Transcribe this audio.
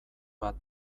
bat